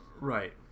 Right